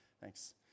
Thanks